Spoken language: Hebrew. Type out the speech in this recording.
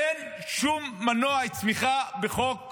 אין שום מנועי צמיחה בחוק